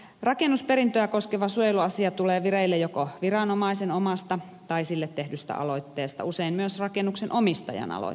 rakennusperintöä koskeva suojeluasia tulee vireille joko viranomaisen omasta tai sille tehdystä aloitteesta usein myös rakennuksen omistajan aloitteesta